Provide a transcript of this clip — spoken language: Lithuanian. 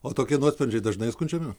o tokie nuosprendžiai dažnai skundžiami